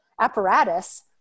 apparatus